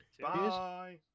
Bye